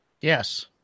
Yes